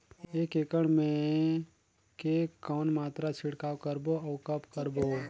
एक एकड़ मे के कौन मात्रा छिड़काव करबो अउ कब करबो?